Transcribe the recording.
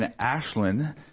Ashlyn